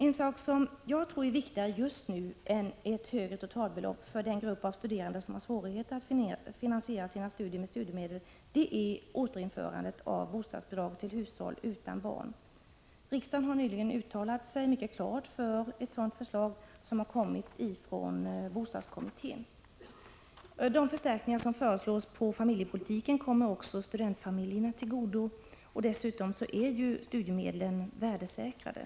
En sak som just nu är viktigare än ett högre totalbelopp för den grupp studerande som har svårigheter att finansiera sina studier med studiemedel är återinförandet av bostadsbidrag till hushåll utan barn. Riksdagen har nyligen uttalat sig mycket klart för ett sådant förslag från bostadskommittén. De förstärkningar som föreslås på familjepolitikens område kommer också studentfamiljerna till godo, och dessutom är studiemedlen värdesäkrade.